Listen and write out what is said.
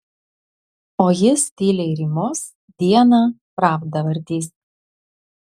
o jis tyliai rymos dieną pravdą vartys